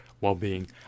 well-being